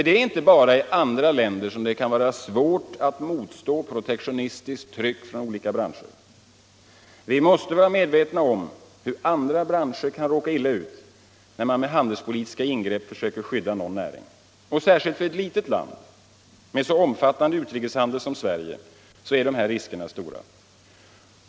Det är inte bara i andra länder som det kan vara svårt att motstå protektionistiskt tryck från olika branscher: Vi måste vara medvetna om att andra branscher kan råka illa ut när vi med handelspolitiska ingrepp försöker skydda någon näring. Särskilt för ett litet land med så omfattande utrikeshandel som Sverige är dessa risker stora.